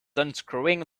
unscrewing